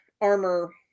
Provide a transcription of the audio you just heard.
armor